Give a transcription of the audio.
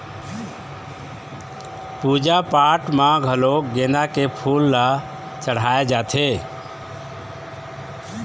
पूजा पाठ म घलोक गोंदा के फूल ल चड़हाय जाथे